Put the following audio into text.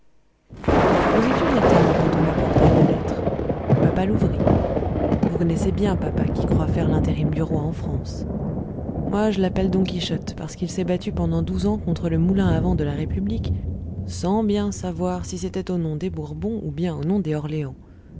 nous étions à table quand on apporta une lettre papa l'ouvrit vous connaissez bien papa qui croit faire l'intérim du roy en france moi je l'appelle don quichotte parce qu'il s'est battu pendant douze ans contre le moulin à vent de la république sans bien savoir si c'était au nom des bourbons ou bien au nom des orléans